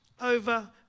over